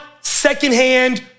secondhand